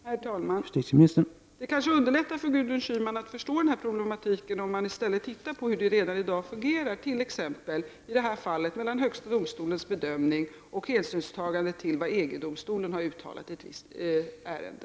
Herr talman! Det kanske underlättar för Gudrun Schyman att förstå den här problematiken om vi i stället tittar på hur det redan i dag fungerar t.ex. när det gäller det nu aktuella fallet, dvs. avvägningen mellan högsta domstolens bedömning och hänsynstagande till vad EG-domstolen har uttalat i ett visst ärende.